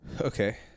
Okay